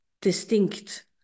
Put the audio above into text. distinct